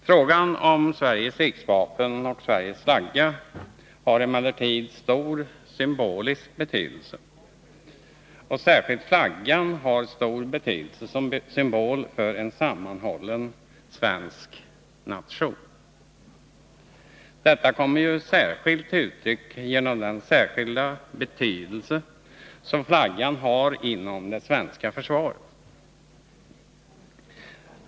Frågan om Sveriges riksvapen och Sveriges flagga har emellertid stor symbolisk betydelse, och särskilt flaggan har stor betydelse som symbol för en sammanhållen svensk nation. Detta kommer till uttryck genom den särskilda betydelse som flaggan har inom det svenska försvaret.